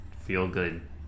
feel-good